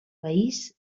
país